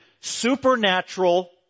supernatural